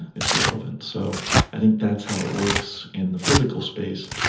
it's relevant. so i think that's how it works in the physical space,